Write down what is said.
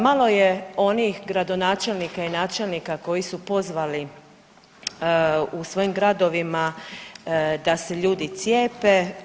Malo je onih gradonačelnika i načelnika koji su pozvali u svojim gradovima da se ljudi cijepe.